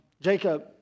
Jacob